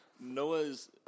Noah's